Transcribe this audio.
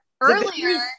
earlier